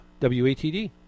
WATD